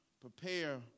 prepare